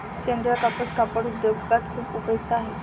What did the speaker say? सेंद्रीय कापूस कापड उद्योगात खूप उपयुक्त आहे